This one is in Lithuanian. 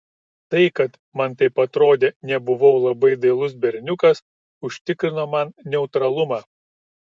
tai kad man taip atrodė nebuvau labai dailus berniukas užtikrino man neutralumą